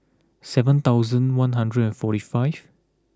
seven thousand one hundred and forty five